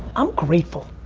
i'm grateful.